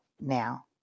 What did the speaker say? now